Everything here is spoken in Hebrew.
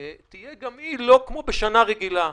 תהיה גם היא לא כמו בשנה רגילה.